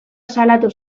salatu